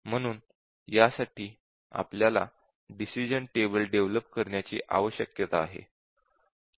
म्हणून यासाठी आपल्याला डिसिश़न टेबल डेव्हलप करण्याची आवश्यकता आहे